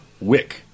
Wick